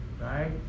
Right